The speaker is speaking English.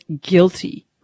guilty